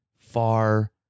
far